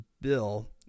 bill